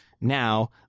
now